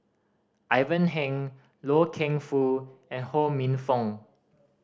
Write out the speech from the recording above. Ivan Heng Loy Keng Foo and Ho Minfong